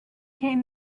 came